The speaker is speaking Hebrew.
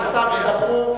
שלושתם ידברו.